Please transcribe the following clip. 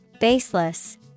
Baseless